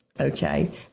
okay